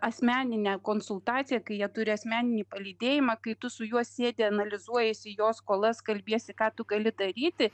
asmeninę konsultaciją kai jie turi asmeninį palydėjimą kai tu su juo sėdi analizuojasi jo skolas kalbiesi ką tu gali daryti